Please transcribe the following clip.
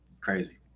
crazy